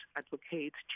advocate